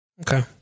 Okay